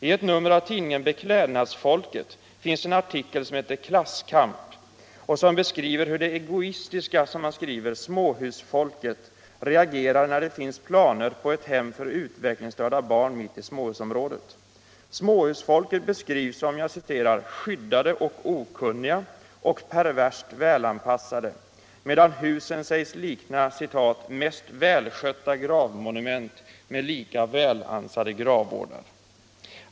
I ett nummer av facktidningen Beklädnadsfolket finns en artikel som heter ”Klasskamp” och som beskriver hur det ”egoistiska” småhusfolket reagerar när det finns planer på ett hem för utvecklingsstörda barn mitt i småhusområdet. Småhusfolket beskrivs som ”skyddade och okunniga” och ”perverst välanpassade”, medan husen sägs likna ”mest välskötta gravmonument med lika välansade gravvårdar”.